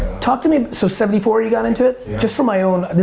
talk to me, so seventy four you got into it? just for my own,